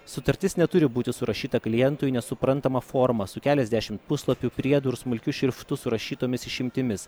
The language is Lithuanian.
sutartis neturi būti surašyta klientui nesuprantama forma su keliasdešimt puslapių priedų ir smulkiu šriftu surašytomis išimtimis